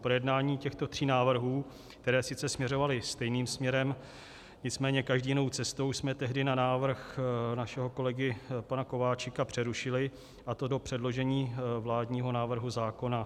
Projednání těchto tří návrhů, které sice směřovaly stejným směrem, nicméně každý jinou cestou, jsme tehdy na návrh našeho kolegy pana Kováčika přerušili, a to do předložení vládního návrhu zákona.